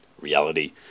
reality